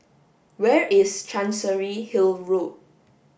where is Chancery Hill Road